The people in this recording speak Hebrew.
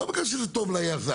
לא בגלל שזה טוב ליזם.